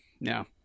No